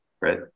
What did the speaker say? right